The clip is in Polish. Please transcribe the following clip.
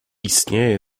istnieję